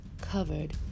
covered